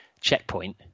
checkpoint